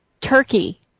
Turkey